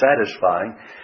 satisfying